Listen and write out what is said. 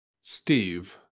Steve